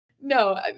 no